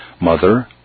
Mother